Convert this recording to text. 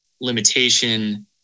limitation